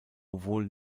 obwohl